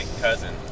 cousin